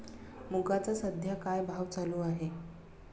मुगाचा सध्या काय भाव चालू आहे?